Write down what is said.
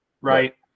right